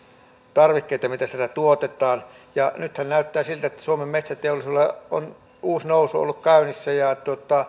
tarvikkeita mitä siellä tuotetaan nythän näyttää siltä että suomen metsäteollisuudella on uusi nousu ollut käynnissä ja